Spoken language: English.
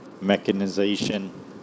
mechanization